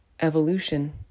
evolution